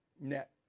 net